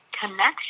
connection